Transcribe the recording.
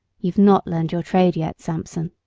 you've not learned your trade yet, samson